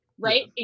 Right